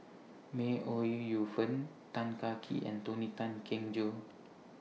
May Ooi Yu Fen Tan Kah Kee and Tony Tan Keng Joo